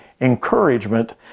encouragement